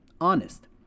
honest